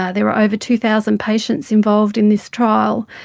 ah there were over two thousand patients involved in this trial,